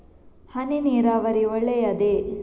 ಹನಿ ನೀರಾವರಿ ಒಳ್ಳೆಯದೇ?